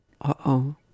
Uh-oh